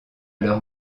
leur